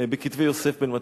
בכתבי יוסף בן מתתיהו.